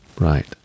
Right